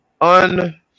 un-